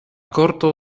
korto